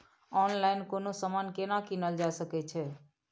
Online कोनो समान केना कीनल जा सकै छै?